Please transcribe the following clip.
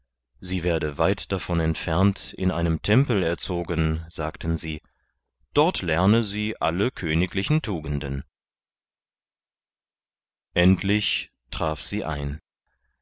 sie werde weit davon entfernt in einem tempel erzogen sagten sie dort lerne sie alle königlichen tugenden endlich traf sie ein